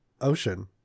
ocean